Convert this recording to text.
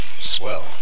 Swell